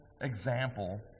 example